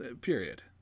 period